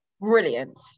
Brilliant